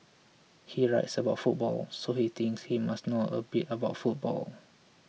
he writes about football so he thinks he must know a bit about football